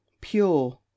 pure